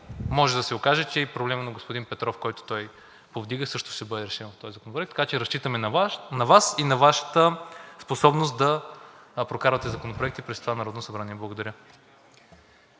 може да се окаже, че и проблемът, който повдига господин Петров, също ще бъде решен в този законопроект. Така че разчитаме на Вас и на Вашата способност да прокарате законопроекти в това Народно събрание. Благодаря.